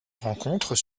rencontres